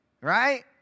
right